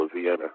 Vienna